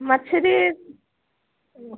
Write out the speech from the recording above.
मछरी